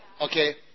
Okay